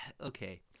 okay